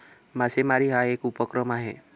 मासेमारी हा एक उपक्रम आहे